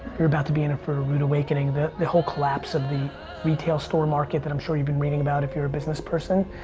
you're about to be in for a rude awakening. the the whole collapse of the retail store market that i'm sure you've been reading about if you're a businessperson.